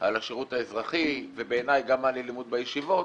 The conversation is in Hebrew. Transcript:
על השירות האזרחי ובעיניי גם על לימוד בישיבות,